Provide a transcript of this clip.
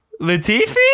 Latifi